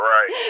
Right